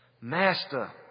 Master